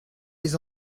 les